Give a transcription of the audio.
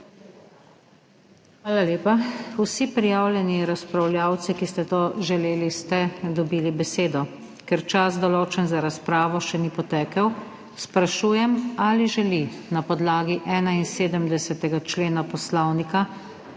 Hvala lepa. Vsi prijavljeni razpravljavci, ki ste to želeli ste dobili besedo. Ker čas določen za razpravo še ni potekel sprašujem ali želi na podlagi 71. člena Poslovnika